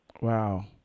Wow